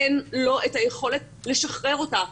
אין לו את היכולת לשחרר אותה.